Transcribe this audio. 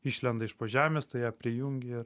išlenda iš po žemės tu ją prijungi ir